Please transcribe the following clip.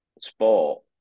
sport